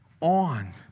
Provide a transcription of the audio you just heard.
on